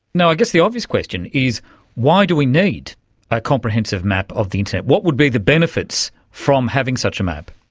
i guess the obvious question is why do we need a comprehensive map of the internet? what would be the benefits from having such a map?